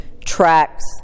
tracks